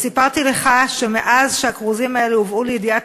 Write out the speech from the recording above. סיפרתי לך שמאז שהכרוזים האלה הובאו לידיעת